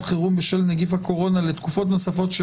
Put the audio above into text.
חירום בשל נגיף הקורונה 2. (ד) (2)